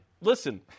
listen